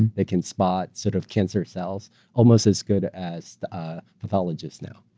they can spot sort of cancer cells almost as good as pathologists now.